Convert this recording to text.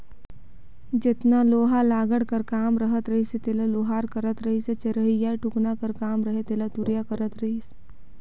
जेतना लोहा लाघड़ कर काम रहत रहिस तेला लोहार करत रहिसए चरहियाए टुकना कर काम रहें तेला तुरिया करत रहिस